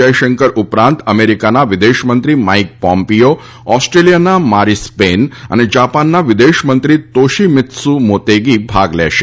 જયશંકર ઉપરાંત અમેરિકાના વિદેશમંત્રી માઇક પોમ્પીઓ ઓસ્ટ્રેલિયાના મારીસ પેન અને જાપાનના વિદેશમંત્રી તોશીમીત્સુ મોતેગી ભાગ લેશે